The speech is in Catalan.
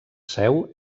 seu